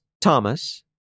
Thomas